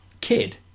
kid